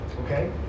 Okay